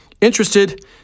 Interested